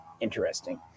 interesting